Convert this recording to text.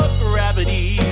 gravity